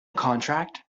contract